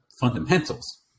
fundamentals